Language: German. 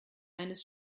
eines